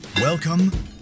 Welcome